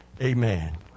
Amen